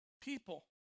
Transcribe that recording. people